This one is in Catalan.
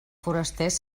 forasters